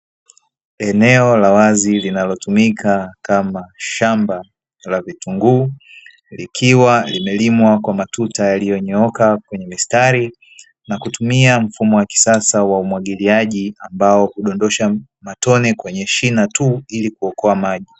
Eneo la wazi linalotumika kama shamba la vitunguu likiwa limelimwa kwa matuta yaliyo nyooka kwenye mistari na kutumia mfumo wa kisasa wa umwagiliaji ambao hudondosha matone kwenye shina tu ili kuokoa maji.